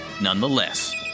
nonetheless